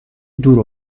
دور